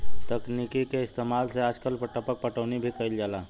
तकनीक के इस्तेमाल से आजकल टपक पटौनी भी कईल जाता